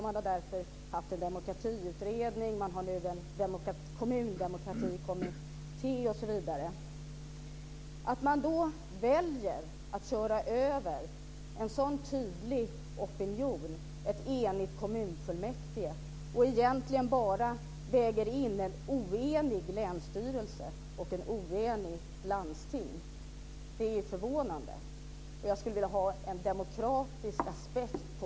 Man har därför haft en demokratiutredning, och man har nu en kommundemokratikommitté osv. Att man då väljer att köra över en sådan tydlig opinion och ett enigt kommunfullmäktige och egentligen bara väger in en oenig länsstyrelse och ett oenigt landsting är förvånande. Jag skulle vilja höra statsrådets syn på den demokratiska aspekten.